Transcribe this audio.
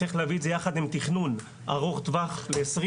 צריך להביא את זה יחד עם תכנון אורך טווח ל-20